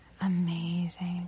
Amazing